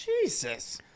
Jesus